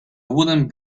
wooden